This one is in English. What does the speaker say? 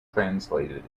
translated